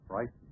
Right